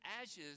ashes